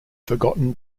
forgotten